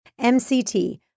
MCT